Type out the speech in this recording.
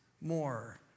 more